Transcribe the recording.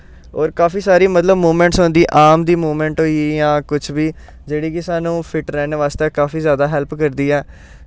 होर काफी सारी मतलब मुमैंटस होंदी आर्म दी मुमैंट होई गेई जां कोई बी जेह्ड़ी कि सानू फिट्ट रैह्नै बास्तै काफी ज्यादा हैल्प करदी ऐ